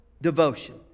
Devotion